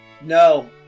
No